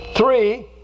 Three